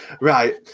Right